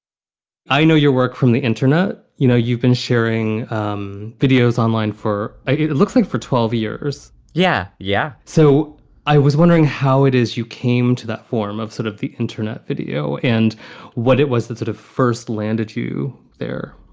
i know your work from the internet. you know, you've been sharing um videos online for, it it looks like for twelve years. yeah, yeah. so i was wondering how it is you came to that form of sort of the internet video and what it was that sort of first landed you there?